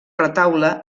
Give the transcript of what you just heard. retaule